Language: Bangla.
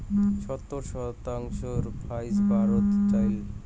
সত্তর শতাংশর ফাইক চা ভারতত চইল হই